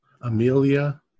Amelia